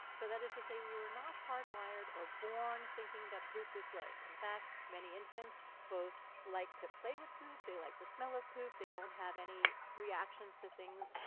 so that is to say, we were not hardwired or born thinking that poop was gross in fact, many infants both like to play with poop. they like the smell of poop. they don't have any reactions to things,